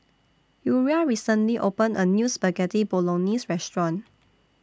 Uriah recently opened A New Spaghetti Bolognese Restaurant